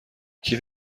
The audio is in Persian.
کیف